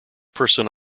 person